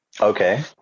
Okay